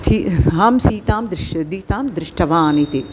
C अहं सीतां दृश् सीतां दृष्टवान् इति